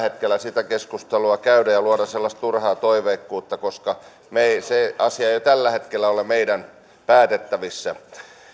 sitä keskustelua käydä ja ja luoda sellaista turhaa toiveikkuutta koska se asia ei tällä hetkellä ole meidän päätettävissämme